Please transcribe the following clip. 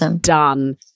done